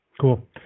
Cool